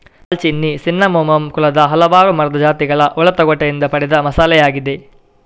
ದಾಲ್ಚಿನ್ನಿ ಸಿನ್ನಮೋಮಮ್ ಕುಲದ ಹಲವಾರು ಮರದ ಜಾತಿಗಳ ಒಳ ತೊಗಟೆಯಿಂದ ಪಡೆದ ಮಸಾಲೆಯಾಗಿದೆ